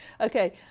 Okay